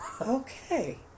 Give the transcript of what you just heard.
okay